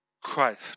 Christ